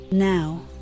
Now